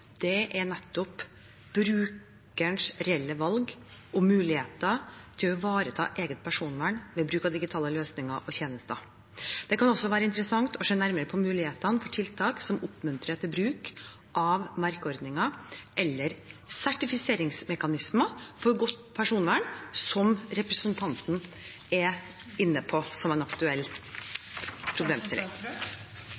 er nettopp brukerens reelle valg og muligheter til å ivareta eget personvern ved bruk av digitale løsninger og tjenester. Det kan også være interessant å se nærmere på mulighetene for tiltak som oppmuntrer til bruk av merkeordninger, eller sertifiseringsmekanismer for godt personvern, som representanten er inne på som en aktuell